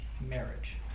marriage